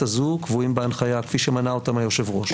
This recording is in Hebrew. הזו קבועים בהנחיה כפי שמנה אותם היושב-ראש.